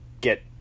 get